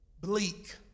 Bleak